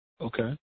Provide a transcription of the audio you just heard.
Okay